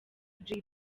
jay